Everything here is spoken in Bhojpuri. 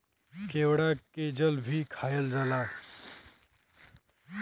केवड़ा के जल भी खायल जाला